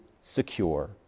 secure